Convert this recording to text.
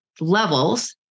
Levels